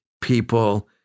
people